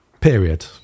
period